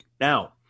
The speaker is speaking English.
Now